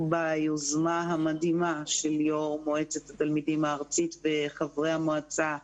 ביוזמה המדהימה של יו"ר מועצת התלמידים הארצית וחברי המועצה,